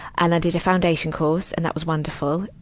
and i did a foundation course, and that was wonderful.